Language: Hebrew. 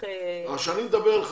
כשאני מדבר על חקיקה,